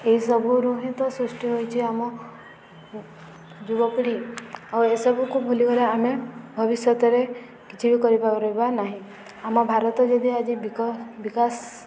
ଏହିସବୁରୁୁ ହିଁ ତ ସୃଷ୍ଟି ହୋଇଛିି ଆମ ଯୁବପିଢ଼ି ଆଉ ଏସବୁକୁ ଭୁଲିଗଲେ ଆମେ ଭବିଷ୍ୟତରେ କିଛି ବି କରିପାରିବା ନାହିଁ ଆମ ଭାରତ ଯଦି ଆଜିି ବିକ ବିକାଶ